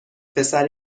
پسر